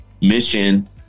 mission